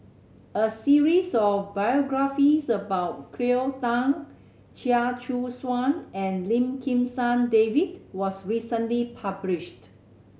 a series of biographies about Cleo Thang Chia Choo Suan and Lim Kim San David was recently published